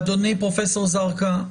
אדוני פרופסור זרקא,